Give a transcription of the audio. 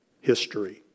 history